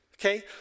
Okay